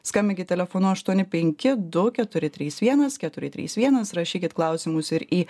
skambinkit telefonu aštuoni penki du keturi trys vienas keturi trys vienas rašykit klausimus ir į